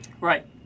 Right